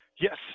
Yes